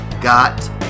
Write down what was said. got